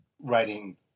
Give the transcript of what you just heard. writing